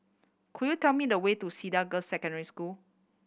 could you tell me the way to Cedar Girls' Secondary School